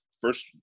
first